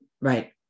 Right